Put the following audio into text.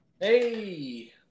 Hey